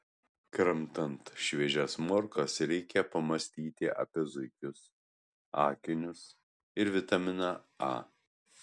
kramtant šviežias morkas reikai pamąstyti apie zuikius akinius ir vitaminą a